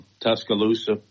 Tuscaloosa